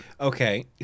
Okay